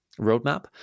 roadmap